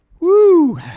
Woo